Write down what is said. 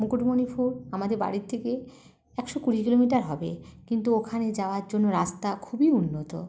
মুকুটমণিপুর আমাদের বাড়ি থেকে একশো কুড়ি কিলোমিটার হবে কিন্তু ওখানে যাওয়ার জন্য রাস্তা খুবই উন্নত